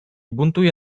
buntuje